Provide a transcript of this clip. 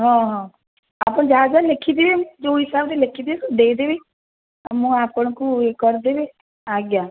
ହଁ ହଁ ଆପଣ ଯାହା ଯାହା ଲେଖଥିବେ ଯୋଉ ହିସାବରେ ଲେଖିଥିବେ ସବୁ ଦେଇଦେବି ଆଉ ମୁଁ ଆପଣଙ୍କୁ ଇଏ କରିଦେବି ଆଜ୍ଞା